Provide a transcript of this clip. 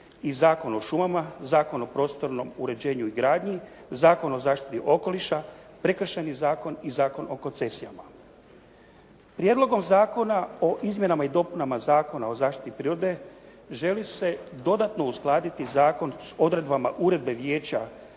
i Zakon o šumama, Zakon o prostornom uređenju i gradnji, Zakon o zaštiti okoliša, Prekršajni zakon i Zakon o koncesijama. Prijedlogom zakona o izmjenama i dopunama Zakona o zaštiti prirode želi se dodatno uskladiti zakon sa odredbama Uredbe vijeća